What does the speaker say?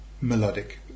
melodic